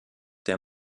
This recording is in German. der